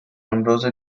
امراض